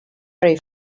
very